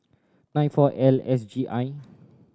nine four L S G I